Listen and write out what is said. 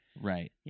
Right